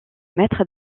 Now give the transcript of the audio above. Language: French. mètres